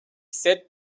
said